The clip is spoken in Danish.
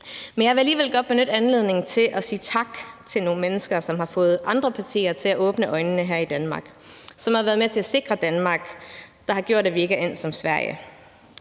Men jeg vil alligevel godt benytte anledningen til at sige tak til nogle mennesker, som har fået andre partier til at åbne øjnene her i Danmark, som har været med til at sikre Danmark, og som har gjort, at vi ikke er endt som Sverige.